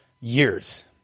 years